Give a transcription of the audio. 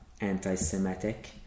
anti-Semitic